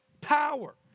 power